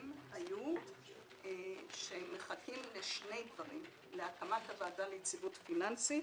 היו שמחכים לשני דברים: להקמת הוועדה ליציבות פיננסית